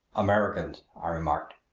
americans, i remarked.